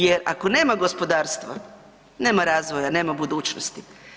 Jer, ako nema gospodarstva, nema razvoja, nema budućnosti.